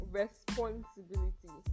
responsibility